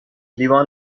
لیوان